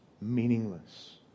meaningless